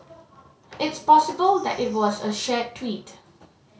it's possible that it was a shared tweet